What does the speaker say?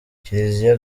kiliziya